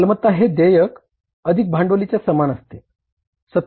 मालमत्ता हे देयक अधिक भांडवलीच्या समान असते